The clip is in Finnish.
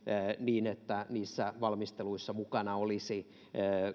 niin että valmisteluissa mukana olisivat